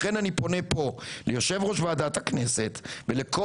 לכן אני פונה פה ליושב-ראש ועדת הכנסת ולכל